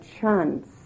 chance